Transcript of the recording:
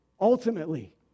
ultimately